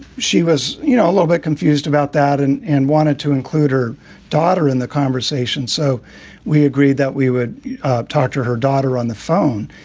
she was, you know, a little bit confused about that and and wanted to include her daughter in the conversation. so we agreed that we would talk to her daughter on the phone.